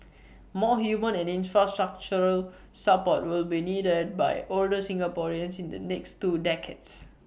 more human and infrastructural support will be needed by older Singaporeans in the next two decades